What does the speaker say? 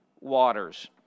waters